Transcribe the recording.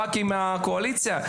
ח"כים מהקואליציה.